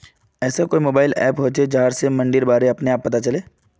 ऐसा कोई mobile app होचे जहा से हर दिन मंडीर बारे अपने आप पता चले?